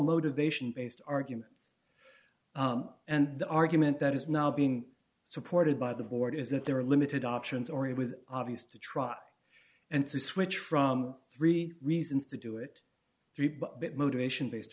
motivation based arguments and the argument that is now being supported by the board is that there are limited options or it was obvious to try and to switch from three reasons to do it three but that motivation based